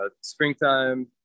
springtime